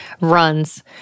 runs